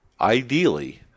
ideally